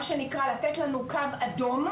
מה שנקרא לתת לנו קו אדום,